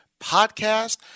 Podcast